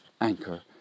Anchor